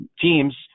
teams